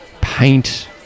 paint